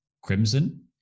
crimson